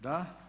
Da.